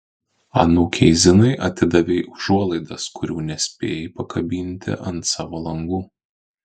anūkei zinai atidavei užuolaidas kurių nespėjai pakabinti ant savo langų